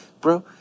bro